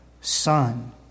Son